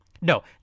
No